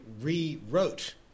rewrote